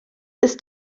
ist